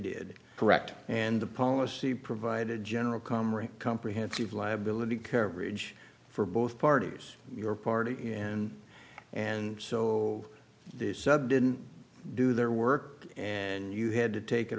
did correct and the policy provided general comrie comprehensive liability coverage for both parties your party in and so the sub didn't do their work and you had to take it